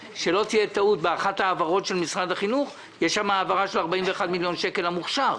באחת העברות של משרד החינוך יש העברה של 41 מיליון שקל למוכש"ר.